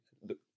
Look